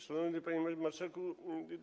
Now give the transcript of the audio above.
Szanowny Panie Marszałku!